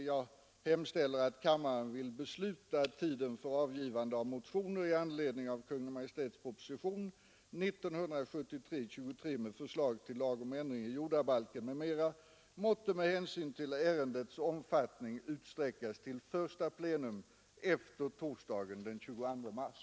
Jag hemställer därför att kammaren ville besluta att tiden för avgivande av motioner i anledning av Kungl. Maj:ts proposition nr 23 med förslag till lag om ändring i jordabalken, m.m. måtte med hänsyn till ärendets omfattning utsträckas till första plenum efter torsdagen den 22 mars.